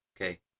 okay